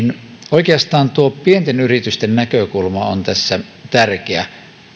oikeastaan pienten yritysten näkökulma on tässä tärkeä